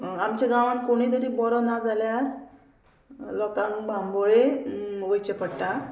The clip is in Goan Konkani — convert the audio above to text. आमच्या गांवांत कोणीय तरी बरो ना जाल्यार लोकांक बांबोळे वयचे पडटा